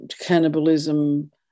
cannibalism